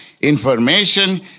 information